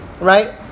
right